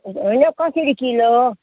होइन कसरी किलो